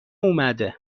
اومده